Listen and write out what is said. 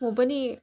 म पनि